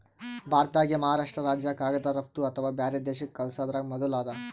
ಭಾರತ್ದಾಗೆ ಮಹಾರಾಷ್ರ್ಟ ರಾಜ್ಯ ಕಾಗದ್ ರಫ್ತು ಅಥವಾ ಬ್ಯಾರೆ ದೇಶಕ್ಕ್ ಕಲ್ಸದ್ರಾಗ್ ಮೊದುಲ್ ಅದ